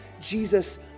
Jesus